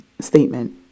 statement